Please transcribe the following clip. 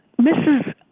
Mrs